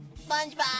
SpongeBob